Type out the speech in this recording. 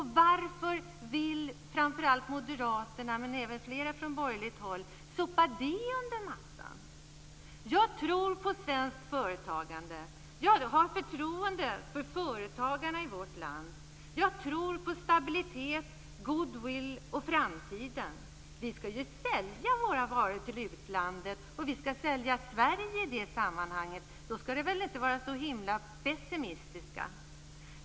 Varför vill framför allt moderaterna, men även fler från borgerligt håll, sopa dem under mattan? Jag tror på svenskt företagande. Jag har förtroende för företagarna i vårt land. Jag tror på stabilitet, goodwill och framtiden. Vi skall ju sälja våra varor till utlandet, och vi skall sälja Sverige i det sammanhanget. Då skall vi väl inte vara så himla pessimistiska!